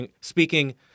speaking